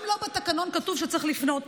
גם בתקנון לא כתוב שצריך לפנות.